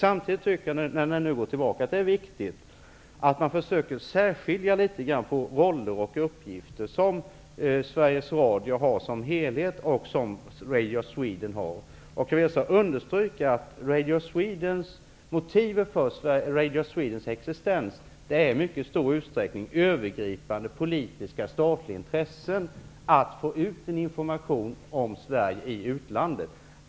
Samtidigt tycker jag att det är viktigt att man något försöker särskilja roller och uppgifter som Sveriges Jag vill också understryka att motivet för Radio Swedens existens i mycket stor utsträckning är övergripande, politiska, statliga intressen att föra ut information om Sverige i utlandet.